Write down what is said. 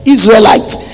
Israelites